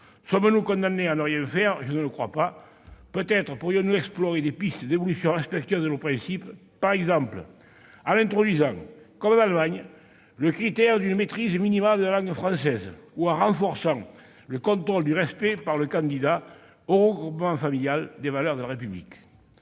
Sommes-nous condamnés à ne rien faire ? Je ne le crois pas. Peut-être pourrions-nous explorer des pistes d'évolution respectueuses de nos principes, par exemple en introduisant, comme en Allemagne, le critère d'une maîtrise minimale de la langue française ou en renforçant le contrôle du respect par le candidat au regroupement familial des valeurs de la République.